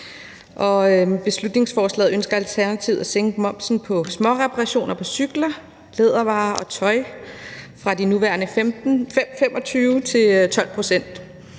beslutningsforslaget ønsker Alternativet at sænke momsen på småreparationer af cykler, lædervarer og tøj fra de nuværende 25 til 12 pct.